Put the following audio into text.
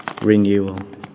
renewal